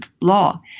law